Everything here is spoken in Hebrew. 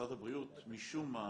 משרד הבריאות, משום מה,